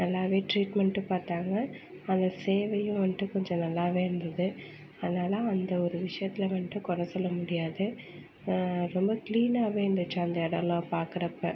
நல்லாவே ட்ரீட்மெண்ட்டும் பார்த்தாங்க அந்த சேவையும் வந்துட்டு கொஞ்சம் நல்லாவே இருந்துது அதனால் அந்த ஒரு விஷயத்துல வந்துட்டு குற சொல்ல முடியாது ரொம்ப க்ளீனாகவே இருந்துச்சு அந்த இடம்லாம் பார்க்குறப்ப